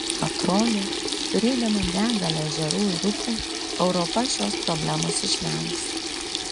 atrodo turėdama begalę ežerų ir upių europa šios problemos išvengs